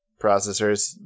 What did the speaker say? processors